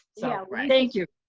so thank you.